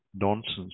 Nonsense